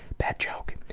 bad joke.